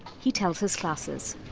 he tells his classes